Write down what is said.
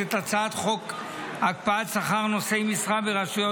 את הצעת חוק הקפאת שכר נושאי משרה ברשויות